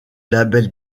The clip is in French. label